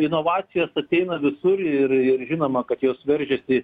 inovacijos ateina visur ir ir žinoma kad jos veržiasi